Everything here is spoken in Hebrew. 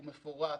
הוא מפורט,